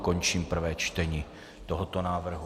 Končím prvé čtení tohoto návrhu.